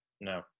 No